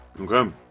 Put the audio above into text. okay